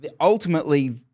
ultimately